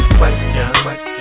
questions